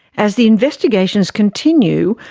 as the investigations continue,